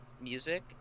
music